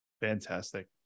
Fantastic